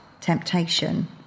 temptation